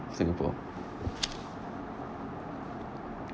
singapore